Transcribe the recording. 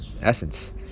essence